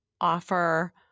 offer